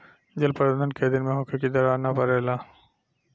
जल प्रबंधन केय दिन में होखे कि दरार न परेला?